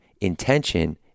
intention